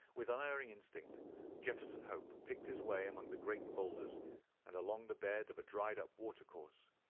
with unerring instinct jefferson hope picked his way among the great boulders and along the bed of a dried-up watercourse,